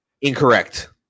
Incorrect